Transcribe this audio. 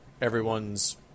everyone's